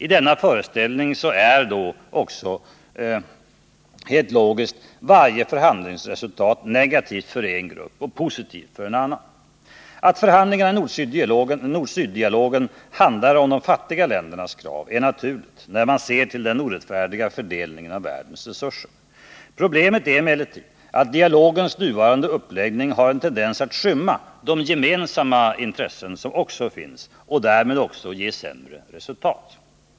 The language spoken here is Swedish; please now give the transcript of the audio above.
I denna föreställning är då också helt logiskt varje förhandlingsresultat negativt för en grupp och positivt för en annan. Att förhandlingarna i nord-syd-dialogen handlar om de fattiga ländernas krav är naturligt när man ser till den orättfärdiga fördelningen av världens resurser. Problemet är emellertid att dialogens nuvarande uppläggnii:g har en tendens att skymma de gemensamma intressen som finns — och att därmed också ge sämre resultat.